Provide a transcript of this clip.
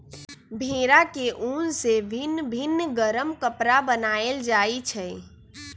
भेड़ा के उन से भिन भिन् गरम कपरा बनाएल जाइ छै